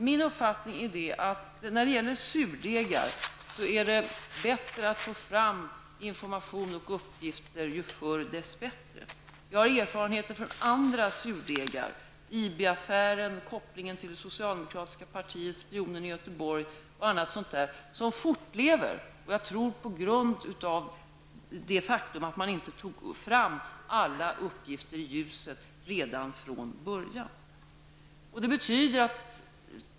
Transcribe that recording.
Min uppfattning när det gäller surdegar är att det är bättre att få fram information och uppgifter -- ju förr dess bättre. Jag har erfarenhet från andra surdegar, t.ex. IB-affären, kopplingen till socialdemokratiska partiet, spionen i Göteborg, som finns kvar. Jag tror det är på grund av att man inte tog fram alla uppgifter i ljuset redan från början.